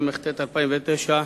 התשס"ט 2009,